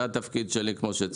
זה התפקיד שלי, כמו שציינת.